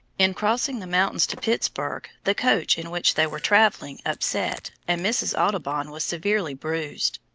in crossing the mountains to pittsburg the coach in which they were travelling upset, and mrs. audubon was severely bruised.